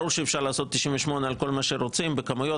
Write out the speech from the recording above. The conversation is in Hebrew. ברור שאפשר לעשות 98 על כל מה שרוצים ובכמויות.